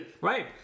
Right